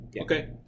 Okay